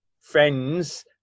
friends